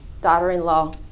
daughter-in-law